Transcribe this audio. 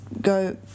go